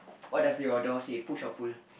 what does your door say push or pull